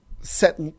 set